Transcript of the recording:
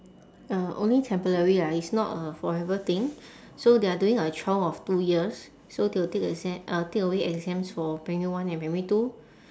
uh only temporary lah it's not a forever thing so they are doing a trial of two years so they will take exa~ uh take away exams for primary one and primary two